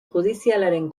judizialaren